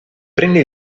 prende